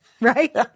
right